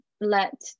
let